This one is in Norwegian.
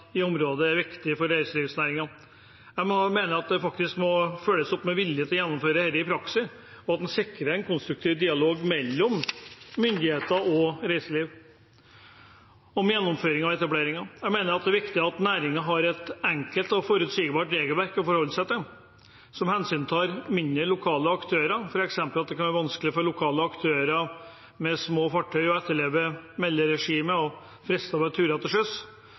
i området er viktig for reiselivsnæringen. Jeg mener at det må følges opp med vilje til å gjennomføre dette i praksis, og at en sikrer en konstruktiv dialog mellom myndigheter og reiseliv om gjennomføring av etableringen. Jeg mener at det er viktig at næringen har et enkelt og forutsigbart regelverk å forholde seg til, som hensyntar mindre, lokale aktører, f.eks. kan det være vanskelig for lokale aktører med små fartøy å etterleve melderegimet og frister for turer til